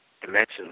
dimensions